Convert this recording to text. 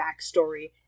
backstory